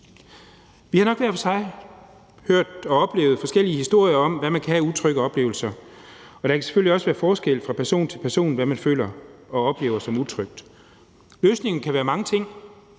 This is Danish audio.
og hørt forskellige historier om, hvad man kan have af utrygge oplevelser, og der kan selvfølgelig også være forskel fra person til person på, hvad man føler og oplever som utrygt. Løsningen kan være mange ting.